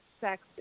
sex